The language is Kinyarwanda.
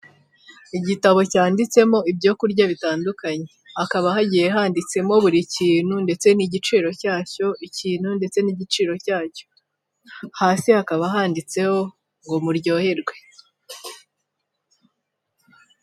Igitabo cyanditsemo ibyo kurya bitandukanye. Hakaba hagiye handitsemo buri kintu ndetse n'igiciro cyacyo, ikintu ndetse n'igiciro cyacyo. Hasi hakaba handitseho ngo muryoherwe.